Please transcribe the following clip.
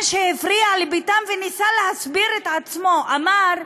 מה שהפריע לביטן שניסה להסביר את עצמו כשאמר: